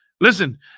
Listen